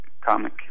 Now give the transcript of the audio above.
comic